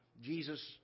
Jesus